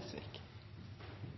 perioden, og da er